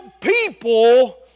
people